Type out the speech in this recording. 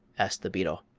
asked the beetle.